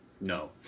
No